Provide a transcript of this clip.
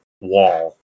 wall